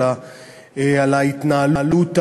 אלא על ההתנהלות המדינית,